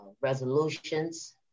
resolutions